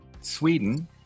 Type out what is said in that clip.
Sweden